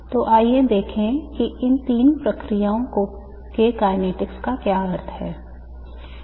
तो आइए देखें कि इन तीन प्रक्रियाओं के kinetics का क्या अर्थ है